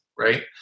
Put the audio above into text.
Right